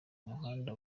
muhanda